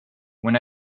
when